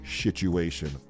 situation